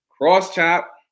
cross-chop